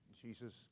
Jesus